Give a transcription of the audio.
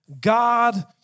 God